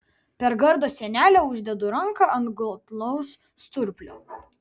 per gardo sienelę uždedu ranką ant glotnaus sturplio